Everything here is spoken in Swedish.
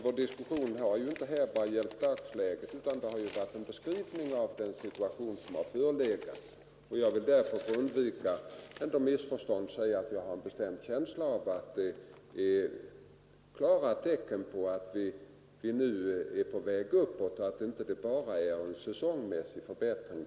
Vår diskussion har inte bara gällt dagsläget. Jag vill därför för att undvika missförstånd säga att jag har en bestämd känsla av att det är klara tecken på att vi nu är på väg uppåt, och att det inte bara rör sig om en säsongmässig förbättring.